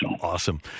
Awesome